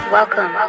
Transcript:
Welcome